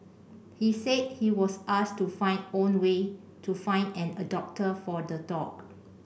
he said he was asked to find own way to find an adopter for the dog